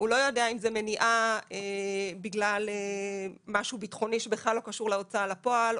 הוא לא יודע אם זו מניעה בגלל משהו בטחוני שבכלל לא קשור להוצאה לפועל,